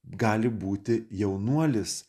gali būti jaunuolis